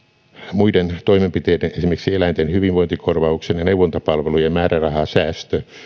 muiden toimenpiteiden esimerkiksi eläinten hyvinvointikorvauksen ja neuvontapalvelujen määrärahasäästö